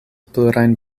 plurajn